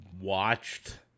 watched